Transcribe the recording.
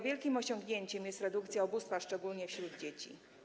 Wielkim osiągnięciem programu jest redukcja ubóstwa - szczególnie wśród dzieci.